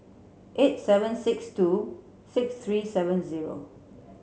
eight seven six two six three seven zero